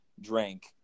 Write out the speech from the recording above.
drank